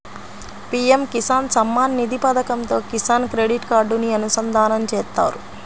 PM Kisan Samman Nidhi పథకంతో Kisan credit కార్డుని అనుసంధానం చేత్తారు